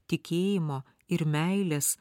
tikėjimo ir meilės